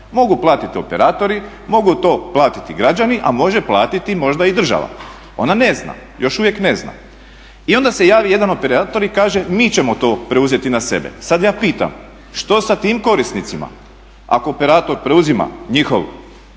mogu platiti operatori, mogu to platiti građani, a može platiti možda i država. Ona ne zna. Još uvijek ne zna. I onda se javi jedan operator i kaže mi ćemo to preuzeti na sebe. Sad ja pitam što sa tim korisnicima ako operator preuzima njihov